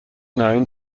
known